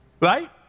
Right